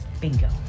Bingo